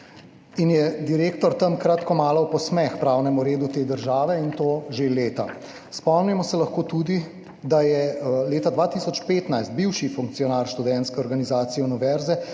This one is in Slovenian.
in je direktor tam kratko malo v posmeh pravnemu redu te države, in to že leta. Spomnimo se lahko tudi, da je leta 2015 bivši funkcionar Študentske organizacije univerze,